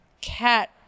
cat